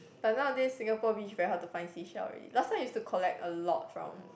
but nowadays Singapore beach very hard to find seashell already last time I used to collect a lot from